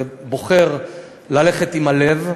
ובוחר ללכת עם הלב.